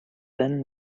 then